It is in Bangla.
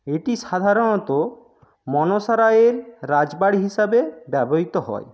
এটি সাধারণত মনসা রায়ের রাজবাড়ি হিসাবে ব্যবহৃত হয়